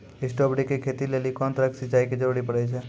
Strawberry के खेती लेली कोंन तरह के सिंचाई के जरूरी पड़े छै?